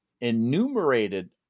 enumerated